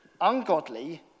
ungodly